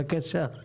בבקשה.